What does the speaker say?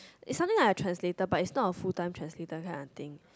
is something like a translator but it's not a full time translator kind of thing